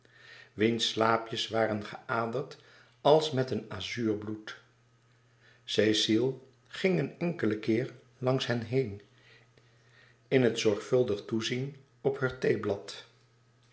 wiens slaapjes waren geaderd als met een azuur bloed cecile ging een enkelen keer langs hen heen in het zorgvuldig toezien op heur theeblad